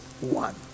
one